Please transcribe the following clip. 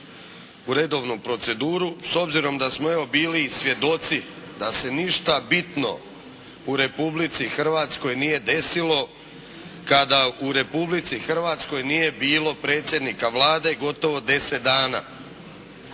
u redovnu proceduru, s obzirom da smo evo bili i svjedoci da se ništa bitno u Republici Hrvatskoj nije desilo kada u Republici Hrvatskoj nije bilo predsjednika Vlade gotovo 10 dana.